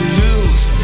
lose